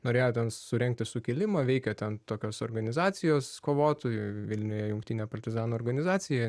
norėjo ten surengti sukilimą veikė ten tokios organizacijos kovotojų vilniuj jungtinė partizanų organizacija